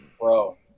Bro